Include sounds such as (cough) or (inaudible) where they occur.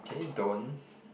can you don't (breath)